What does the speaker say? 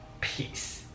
peace